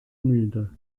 müde